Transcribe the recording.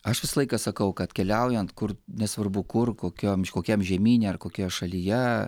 aš visą laiką sakau kad keliaujant kur nesvarbu kur kokiom kokiam žemyne ar kokioje šalyje